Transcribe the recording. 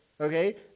okay